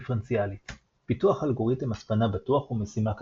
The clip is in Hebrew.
דיפרנציאלית פיתוח אלגוריתם הצפנה בטוח הוא משימה קשה,